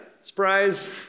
Surprise